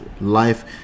life